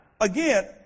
again